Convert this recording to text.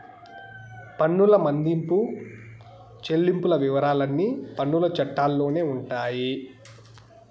పన్నుల మదింపు చెల్లింపుల వివరాలన్నీ పన్నుల చట్టాల్లోనే ఉండాయి